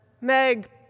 Meg